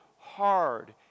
hard